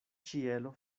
ĉielo